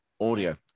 Audio